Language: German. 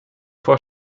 vor